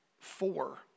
Four